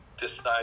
decide